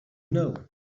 know